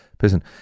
person